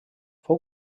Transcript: fou